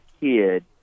kid